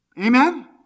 Amen